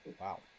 Wow